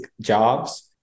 jobs